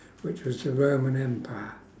which was the roman empire